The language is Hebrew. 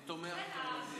אני תומך,